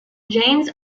james